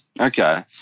Okay